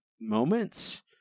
moments